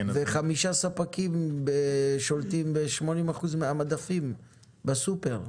וחמישה ספקים שולטים ב-80% מהמדפים בסופר,